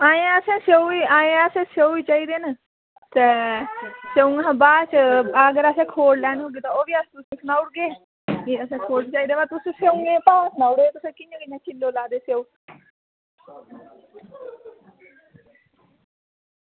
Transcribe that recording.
ऐहीं असें ऐहीं असें स्यौ ई चाहिदे न ते ओह्दे कशा बाद च अगर असें खोड़ बी लैने होगे तां तुसेंगी सनाई ओड़गे कि असें खोड़ चाहिदे तुस स्यौ दे भाऽ सनाई ओड़ेओ तुसें कियां ला दे न स्यौ